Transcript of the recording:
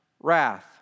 wrath